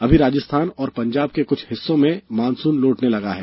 अमी राजस्थान और पंजाब के कुछ हिस्सों से मानसून लौटने लगा है